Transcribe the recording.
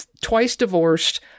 twice-divorced